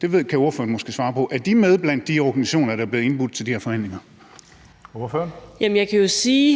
Det kan ordføreren måske svare på. Er de med blandt de organisationer, der er blevet indbudt til de her forhandlinger? Kl. 16:48 Tredje næstformand